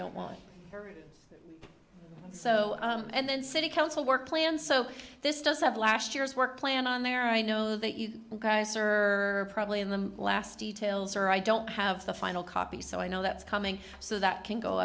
want so and then city council work plan so this does have last year's work plan on there i know that you guys are probably in the last details or i don't have the final copy so i know that's coming so that can go